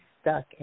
stuck